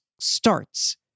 starts